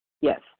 Yes